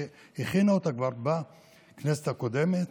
שהכינו אותה כבר בכנסת הקודמת